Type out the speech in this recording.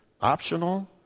optional